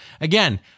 again